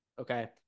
Okay